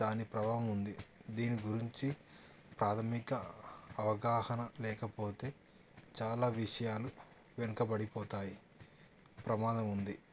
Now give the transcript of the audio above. దాని ప్రభావం ఉంది దీని గురించి ప్రాథమిక అవగాహన లేకపోతే చాలా విషయాలు వెనుకబడిపోతాయి ప్రమాదం ఉంది